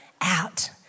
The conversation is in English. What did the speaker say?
out